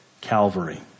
Calvary